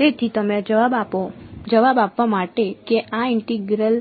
તેથી તમે જવાબ આપવા માટે કે આ ઇન્ટેગ્રલ